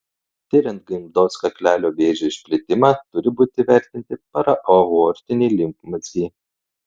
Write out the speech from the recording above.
tiriant gimdos kaklelio vėžio išplitimą turi būti įvertinti paraaortiniai limfmazgiai